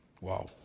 Wow